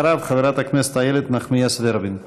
אחריו, חברת הכנסת איילת נחמיאס ורבין.